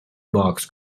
box